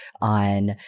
on